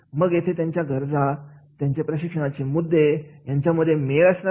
मग येथे त्यांच्या गरजा आणि प्रशिक्षणाचे मुद्दे यांच्यामध्ये मेळ असणार नाही